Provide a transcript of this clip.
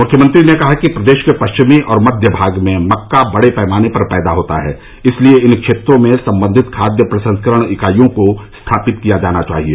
मुख्यमंत्री ने कहा कि प्रदेश के पश्चिमी और मध्य भाग में मक्का बड़े पैमाने पर पैदा होता है इसलिए इन क्षेत्रों में सम्बंधित खाद्य प्रसंस्करण इकाईयों को स्थापित किया जाना चाहिए